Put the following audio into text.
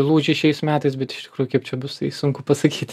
lūžį šiais metais bet iš tikrųjų kaip čia bus sunku pasakyt